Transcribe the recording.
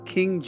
King